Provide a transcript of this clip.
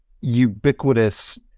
ubiquitous